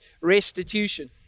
restitution